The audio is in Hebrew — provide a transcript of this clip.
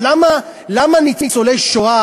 למה ניצולי השואה,